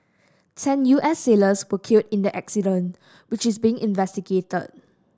ten U S sailors were killed in the accident which is being investigated